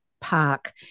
park